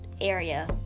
area